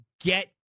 get